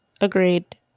Agreed